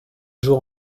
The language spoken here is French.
jours